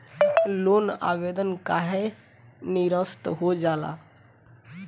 Loan आवेदन काहे नीरस्त हो जाला?